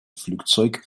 flugzeug